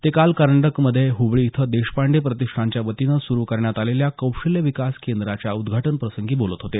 ते काल कर्नाटकमध्ये हुबळी इथं देशपांडे प्रतिष्ठानच्या वतीने सुरु करण्यात आलेल्या कौशल्य विकास केंद्राच्या उदघाटन प्रसंगी बोलत होते